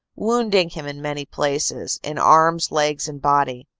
wounding him in many places, in arms, legs and body.